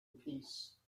peace